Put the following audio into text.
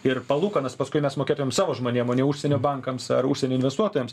ir palūkanas paskui mes mokėtume savo žmonėms o ne užsienio bankams ar užsienio investuotojams